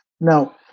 Now